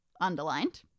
underlined